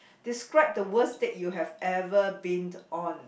describe the worst date you have ever been on